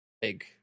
big